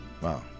Wow